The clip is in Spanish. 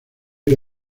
oír